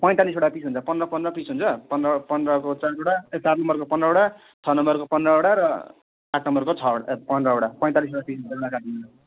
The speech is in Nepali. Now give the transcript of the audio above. पैँतालिसवटा पिस हुन्छ पन्ध्र पन्ध्र पिस हुन्छ पन्ध्र पन्ध्र अब चारवटा ए चार नम्बरको पन्ध्रवटा छ नम्बरको पन्ध्रवटा र आठ नम्बरको छवटा ए पन्ध्रवटा पैँतालिसवटा चाहिँ होलसेलमा राखिदिन्छु